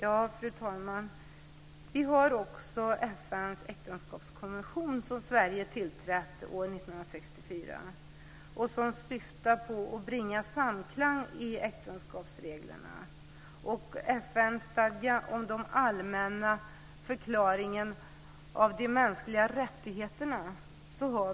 Fru talman! Vi har också FN:s äktenskapskonvention som Sverige tillträdde år 1964, som syftar till att bringa äktenskapsreglerna i samklang med FN:s stadga och den allmänna förklaringen om de mänskliga rättigheterna.